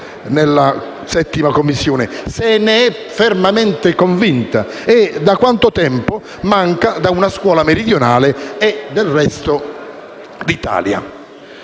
nella 7a Commissione se ne è fermamente convinta e da quanto tempo manca da una scuola meridionale e del resto d'Italia.